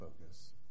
focus